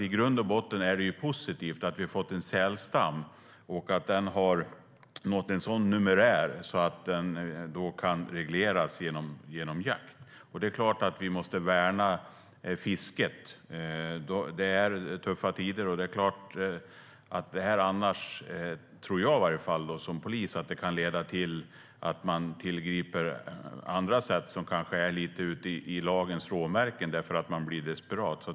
I grund och botten är det positivt att vi har fått en sälstam och att den har nått en sådan numerär att den kan regleras genom jakt. Det är klart att vi måste värna fisket. Det är tuffa tider. Jag tror som polis att det annars kan leda till att människor tillgriper andra sätt som kanske är ute i lagens råmärken därför att de blir desperata.